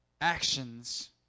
actions